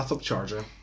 charger